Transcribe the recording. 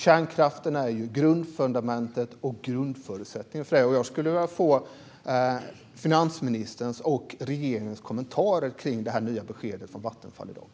Kärnkraften är grundfundamentet och grundförutsättningen för detta. Jag skulle vilja få finansministerns och regeringens kommentarer kring det nya beskedet från Vattenfall i dag.